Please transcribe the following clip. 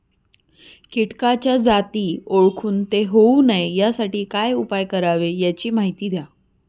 किटकाच्या जाती ओळखून ते होऊ नये यासाठी काय उपाय करावे याची माहिती द्या